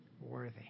worthy